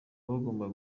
bagomba